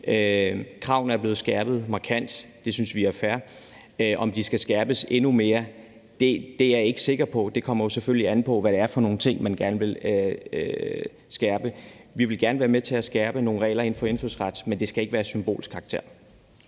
Kravene er blevet skærpet markant. Det synes vi er fair. Om de skal skærpes endnu mere, er jeg ikke sikker på. Det kommer jo selvfølgelig an på, hvad det er for nogle ting, man gerne vil skærpe. Vi vil gerne være med til at skærpe nogle regler inden for indfødsret, men det skal ikke være af symbolsk karakter.